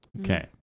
Okay